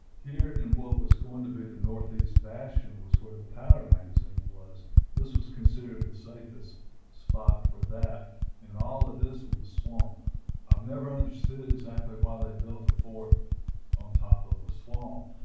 here in what was going to be the northeast bastion was where the powder magazine was this was considered the safest spot for that and all of this was swamp i've never understood exactly why they built a fort on top of a swamp,